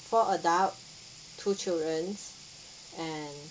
four adult two children and